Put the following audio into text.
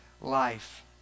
life